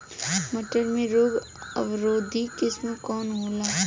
मटर के रोग अवरोधी किस्म कौन होला?